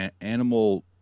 animal